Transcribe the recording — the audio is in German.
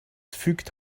fügt